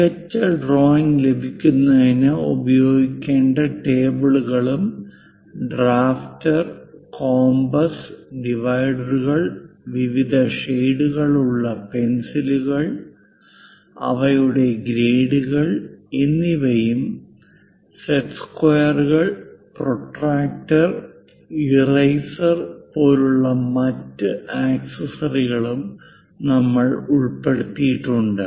മികച്ച ഡ്രോയിംഗ് ലഭിക്കുന്നതിന് ഉപയോഗിക്കേണ്ട ടേബിളുകളും ഡ്രാഫ്റ്റർ കോമ്പസ് ഡിവൈഡറുകൾ വിവിധ ഷേഡുകൾ ഉള്ള പെൻസിലുകൾ അവയുടെ ഗ്രേഡുകൾ എന്നിവയും സെറ്റ് സ്ക്വയറുകൾ പ്രൊട്ടക്റ്റർ ഇറേസർ പോലുള്ള മറ്റ് ആക്സസറികളും നമ്മൾ ഉൾപ്പെടുത്തിയിട്ടുണ്ട്